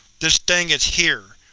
this thing is here.